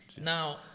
Now